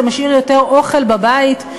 זה משאיר יותר אוכל בבית,